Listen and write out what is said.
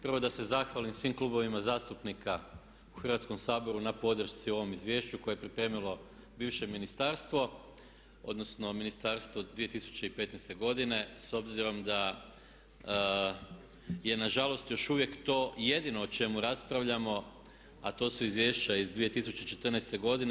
Prvo da se zahvalim svim klubovima zastupnika u Hrvatskom saboru na podršci u ovom izvješću koje je pripremilo bivše ministarstvo, odnosno ministarstvo 2015. godine s obzirom da je nažalost još uvijek to jedino o čemu raspravljamo a to su izvješća iz 2014. godine.